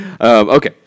Okay